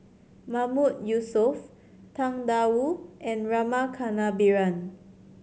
Mahmood Yusof Tang Da Wu and Rama Kannabiran